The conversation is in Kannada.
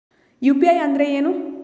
ಯು.ಪಿ.ಐ ಅಂದ್ರೆ ಏನು?